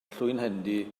llwynhendy